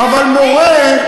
אבל מורה,